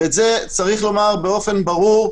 ואת זה צריך לומר באופן ברור,